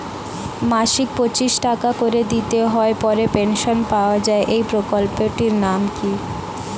মাসিক পঁচিশ টাকা করে দিতে হয় পরে পেনশন পাওয়া যায় এই প্রকল্পে টির নাম কি?